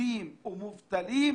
עובדים ומובטלים,